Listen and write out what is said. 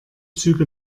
züge